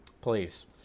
please